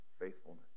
faithfulness